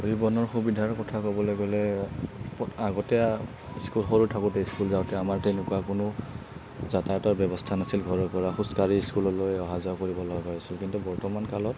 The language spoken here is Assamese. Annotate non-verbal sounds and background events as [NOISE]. জীৱনৰ সুবিধাৰ কথা ক'বলে গ'লে আগতে [UNINTELLIGIBLE] সৰু থাকোঁতে ইস্কুল যাওঁতে আমাৰ তেনেকুৱা কোনো যাতায়তৰ ব্যৱস্থা নাছিল ঘৰৰ পৰা খোজ কাঢ়ি ইস্কুললৈ অহা যোৱা কৰিব লগা হৈছিল কিন্তু বৰ্তমান কালত